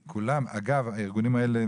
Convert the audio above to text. אגב, הארגונים האלה,